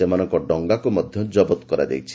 ସେମାନଙ୍କ ଡଙ୍ଗାକ୍ ମଧ୍ୟ ଜବତ କରାଯାଇଛି